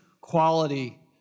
quality